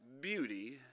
beauty